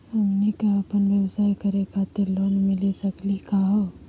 हमनी क अपन व्यवसाय करै खातिर लोन मिली सकली का हो?